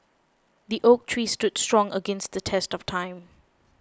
the oak tree stood strong against the test of time